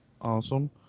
Awesome